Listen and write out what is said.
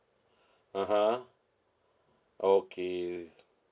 (uh huh) okay is